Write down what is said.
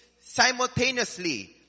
simultaneously